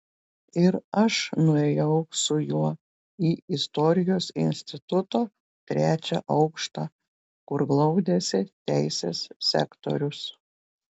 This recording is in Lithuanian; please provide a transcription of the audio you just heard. ir aš nuėjau su juo į istorijos instituto trečią aukštą kur glaudėsi teisės sektorius